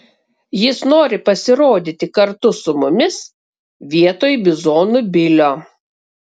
jis nori pasirodyti kartu su mumis vietoj bizonų bilio